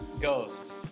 ghost